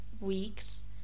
weeks